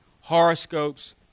horoscopes